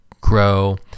grow